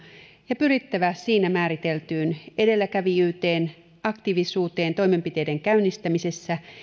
ja pyrittävä siinä määriteltyyn edelläkävijyyteen aktiivisuuteen toimenpiteiden käynnistämisessä